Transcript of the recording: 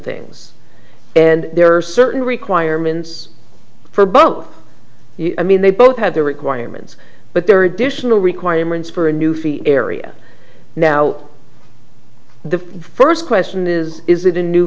things and there are certain requirements for both i mean they both have their requirements but there are additional requirements for a new fee area now the first question is is it a new